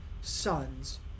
sons